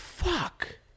Fuck